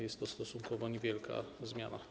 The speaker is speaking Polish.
Jest to stosunkowo niewielka zmiana.